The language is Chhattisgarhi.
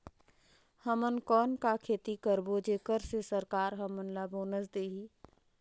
हमन कौन का खेती करबो जेकर से सरकार हमन ला बोनस देही?